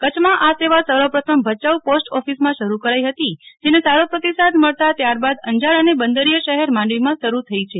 કચ્છમાં આ સેવા સર્વ પ્રથમ ભયાઉ પોસ્ટ ઓફિસમાં શરૂ કરાઇ હતી જેને સારો પ્રતિસાદ મળતાં ત્યારબાદ અંજાર અને બંદરીય શહેર માંડવીમાં શરૂ થઇ છે